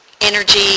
energy